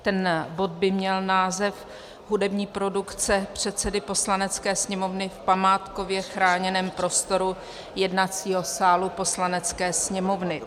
Ten bod by měl název Hudební produkce předsedy Poslanecké sněmovny v památkově chráněném prostoru jednacího sálu Poslanecké sněmovny.